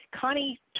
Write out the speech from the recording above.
Connie